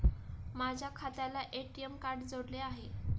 माझ्या खात्याला ATM card जोडलेले आहे